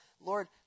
Lord